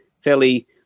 fairly